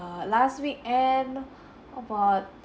err last weekend about